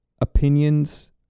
opinions